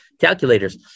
calculators